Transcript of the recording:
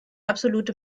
absolute